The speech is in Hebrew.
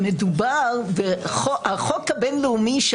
החוק הבין-לאומי,